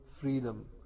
freedom